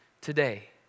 today